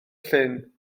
llyn